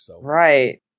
Right